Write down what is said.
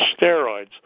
steroids